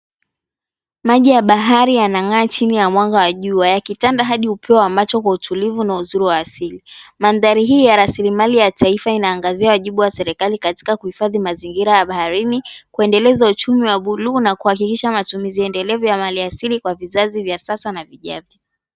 Maji ya bahari yanang'aa chini ya mwanga wa jua yakitanda hadi upeo wa macho kwa utulivu na uzuri wa asili. Mandhari hii ya rasilimali ya taifa inaangazia wajibu wa serikali katika kuhifadhi mazingira ya baharini, kuendeleza uchumi wa buluu na kuhakikisha matumizi endelevu ya mali asili kwa vizazi vya sasa na vijavyo.